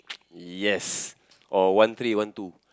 yes or one three one two